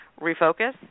refocus